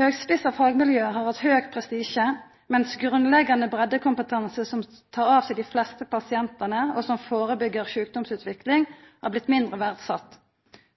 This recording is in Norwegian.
høg prestisje, mens grunnleggjande breiddekompetanse, som tek seg av dei fleste pasientane, og som førebyggjer sjukdomsutvikling, har blitt mindre verdsett.